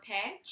patch